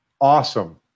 Awesome